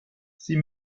sie